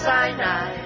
Sinai